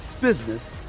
business